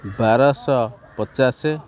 ବାରଶହ ପଚାଶ